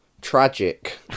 tragic